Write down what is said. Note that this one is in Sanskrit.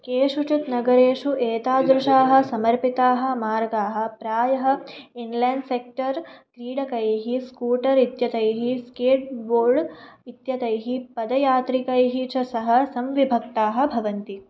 केषुचित् नगरेषु एतादृशाः समर्पिताः मार्गाः प्रायः इन्लैन् सेक्टर् क्रीडकैः स्कूटर् इत्येतैः स्केट्बोर्ड् इत्येतैः पदयात्रिकैः च सह संविभक्ताः भवन्ति